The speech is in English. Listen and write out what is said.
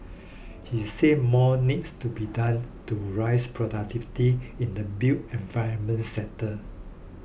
he said more needs to be done to raise productivity in the built environment sector